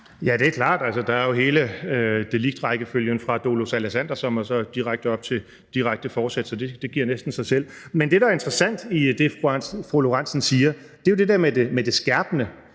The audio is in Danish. Ja, det er klart. Altså, der er jo hele deliktrækkefølgen fra dolus Alexanderson op til direkte forsæt. Så det giver næsten sig selv. Men det, der er interessant i det, fru Karina Lorentzen Dehnhardt siger, er det der med det skærpende.